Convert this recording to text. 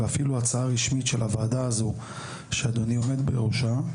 ואפילו הצעה רשמית של הוועדה הזו שאדוני עומד בראשה.